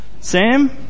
Sam